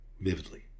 Vividly